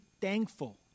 thankful